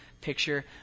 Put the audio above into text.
picture